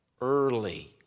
Early